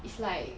it's like